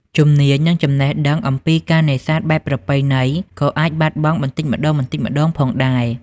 ជំនាញ និងចំណេះដឹងអំពីការនេសាទបែបប្រពៃណីក៏អាចបាត់បង់បន្តិចម្តងៗផងដែរ។